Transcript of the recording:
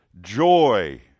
Joy